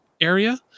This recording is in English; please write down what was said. area